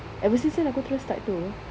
ever since tu aku terus start tu apa